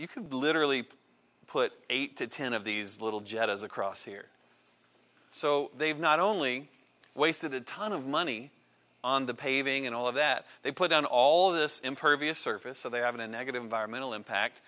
you could literally put eight to ten of these little jet as across here so they've not only wasted a ton of money on the paving and all of that they put on all this impervious surface so they have a negative environmental impact